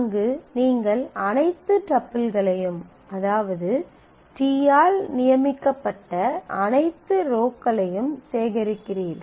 அங்கு நீங்கள் அனைத்து டப்பிள்களையும் அதாவது t ஆல் நியமிக்கப்பட்ட அனைத்து ரோகளையும் சேகரிக்கிறீர்கள்